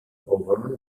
over